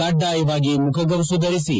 ಕಡ್ಡಾಯವಾಗಿ ಮುಖಗವಸು ಧರಿಸಿ